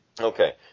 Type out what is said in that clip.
Okay